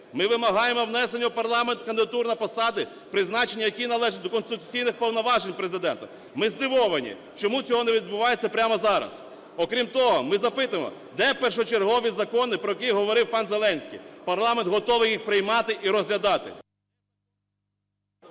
Ми вимагаємо внесення в парламент кандидатур на посади, призначення яких належать до конституційних повноважень Президента. Ми здивовані, чому цього не відбувається прямо зараз. Окрім того, ми запитуємо: де першочергові закони, про які говорив пан Зеленський? Парламент готовий їх приймати і розглядати.